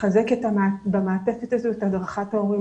לחזק במעטפת הזו את הדרכת ההורים,